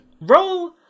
Roll